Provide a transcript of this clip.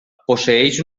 posseeix